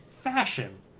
fashion